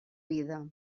vida